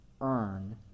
earn